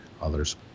others